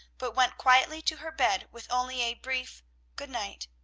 but went quietly to her bed, with only a brief good-night.